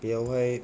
बेयावहाय